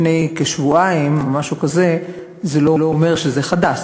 לפני כשבועיים, זה לא אומר שזה חדש.